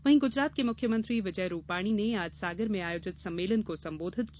वहीं गुजरात के मुख्यमंत्री विजय रूपाणी आज सागर में आयोजित प्रबुद्ध सम्मेलन को संबोधित किया